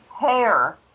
hair